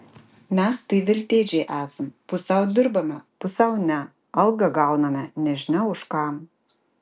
mes tai veltėdžiai esam pusiau dirbame pusiau ne algą gauname nežinia už ką